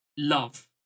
love